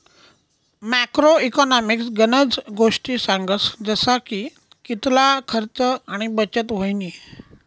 macro economics गनज गोष्टी सांगस जसा की कितला खर्च आणि बचत व्हयनी